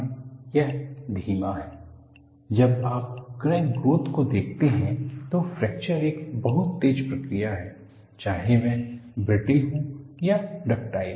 fatigue crack growth model जब आप crack growth को देखते हैं तो फ्रैक्चर एक बहुत तेज़ प्रक्रिया है चाहे वह ब्रिटल हो या डक्टाइल